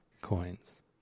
coins